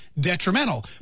detrimental